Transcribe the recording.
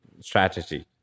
strategy